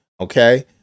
Okay